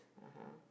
(uh huh)